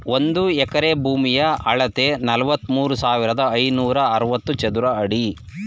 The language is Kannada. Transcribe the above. ಒಂದು ಎಕರೆ ಭೂಮಿಯ ಅಳತೆ ನಲವತ್ಮೂರು ಸಾವಿರದ ಐನೂರ ಅರವತ್ತು ಚದರ ಅಡಿ